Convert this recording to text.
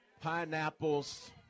pineapples